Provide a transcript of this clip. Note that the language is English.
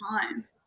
time